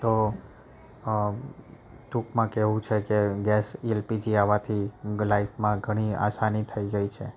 તો ટૂંકમાં કહેવું છે કે ગેસ એલપીજી આવાથી લાઈફમાં ઘણી આસાની થઈ ગઈ છે